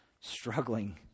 struggling